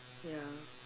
ya